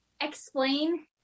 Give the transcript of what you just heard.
explain